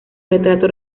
retrato